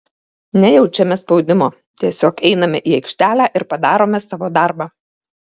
nejaučiame spaudimo tiesiog einame į aikštelę ir padarome savo darbą